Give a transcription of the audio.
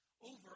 over